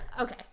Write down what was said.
Okay